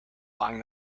buying